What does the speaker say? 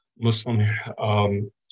Muslim